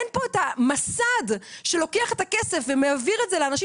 אין פה את המסד שלוקח את הכסף ומעביר את זה לאנשים